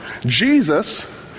Jesus